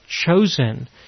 chosen